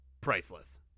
Priceless